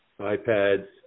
iPads